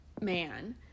man